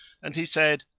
and he said,